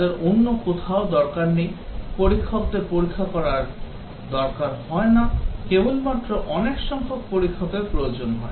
তাদের অন্য কোথাও দরকার নেই পরীক্ষকদের পরীক্ষা করার দরকার হয় না কেবলমাত্র অনেক সংখ্যক পরীক্ষকের প্রয়োজন হয়